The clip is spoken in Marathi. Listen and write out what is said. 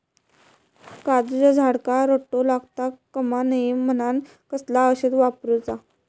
काजूच्या झाडांका रोटो लागता कमा नये म्हनान कसला औषध वापरूचा?